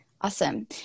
Awesome